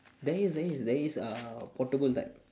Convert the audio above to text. there is there is there is a portable type